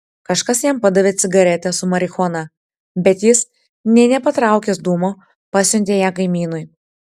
kažkas jam padavė cigaretę su marihuana bet jis nė nepatraukęs dūmo pasiuntė ją kaimynui